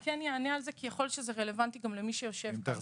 לזה כי יכול להיות שזה רלוונטי למי שיושב פה.